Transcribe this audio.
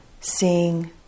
seeing